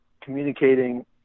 communicating